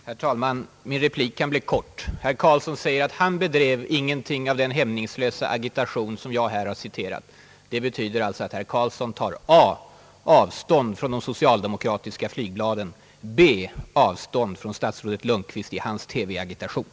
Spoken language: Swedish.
Herr talman! Min replik kan bli kort. Herr Karlsson säger att han inte bedrev någonting av den hämningslösa propaganda som jag här har citerat. Det betyder alltså att herr Karlsson a) tar avstånd från de socialdemokratiska flygbladen, b) tar avstånd från statsrådet Lundkvist och hans TV-agitation.